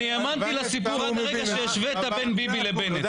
אני האמנתי לסיפור עד לרגע שהשוות בין ביבי לבנט.